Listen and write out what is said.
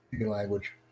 language